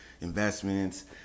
investments